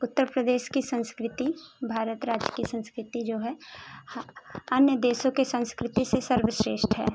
उत्तर प्रदेश की संस्कृति भारत राज्य की संस्कृति जो है अन्य देशों के संस्कृति से सर्वश्रेष्ठ है